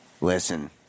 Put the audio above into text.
Listen